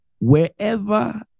wherever